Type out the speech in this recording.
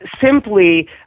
simply